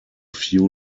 few